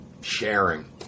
sharing